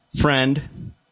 friend